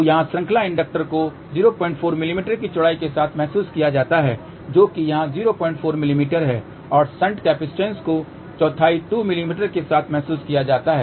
तो यहाँ श्रृंखला इंडक्टर को 04 मिमी की चौड़ाई के साथ महसूस किया जाता है जो कि यहाँ 04 मिमी है और शंट कैपेसिटेंस को चौड़ाई 2 मिमी के साथ महसूस किया जाता है